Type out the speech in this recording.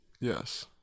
Yes